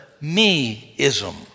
me-ism